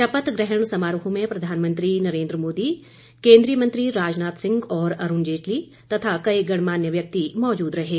शपथ ग्रहण समारोह में प्रधानमंत्री नरेन्द्र मोदी केन्द्रीय मंत्री राजनाथ सिंह और अरूण जेटली तथा कई गणमान्य व्यक्ति मौजूद थे